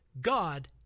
God